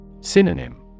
Synonym